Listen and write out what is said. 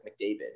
McDavid